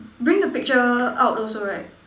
bring the picture out also right